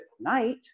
night